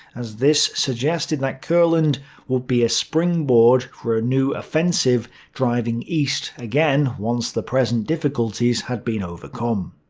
as this suggested that courland would be a springboard for a new offensive driving east again once the present difficulties had been overcome.